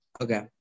Okay